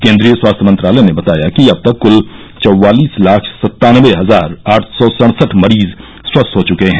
केन्द्रीय स्वास्थ्य मंत्रालय ने बताया कि अब तक कुल चौवालिस लाख सत्तानबे हजार आठ सौ सड़सठ मरीज स्वस्थ हो चुके हैं